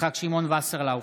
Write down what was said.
יצחק שמעון וסרלאוף,